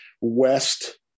West